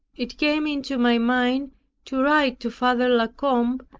it came into my mind to write to father la combe,